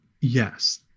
Yes